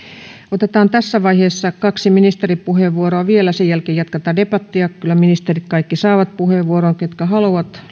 otetaan tässä vaiheessa kaksi ministeripuheenvuoroa vielä sen jälkeen jatketaan debattia puheenvuoron saavat kyllä kaikki ministerit ketkä haluavat